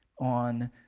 on